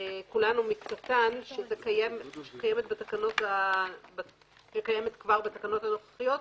כולן או מקצתן, שקיימת כבר בתקנות הנוכחיות,